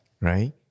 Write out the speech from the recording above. Right